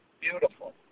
beautiful